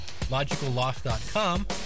LogicalLoss.com